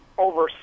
over